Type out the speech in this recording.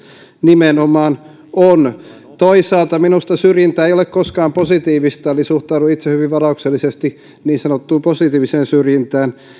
nimenomaan on toisaalta minusta syrjintä ei ole koskaan positiivista eli suhtaudun itse hyvin varauksellisesti niin sanottuun positiiviseen syrjintään kun